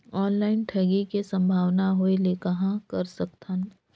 Online ठगी के संभावना होय ले कहां कर सकथन?